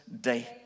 day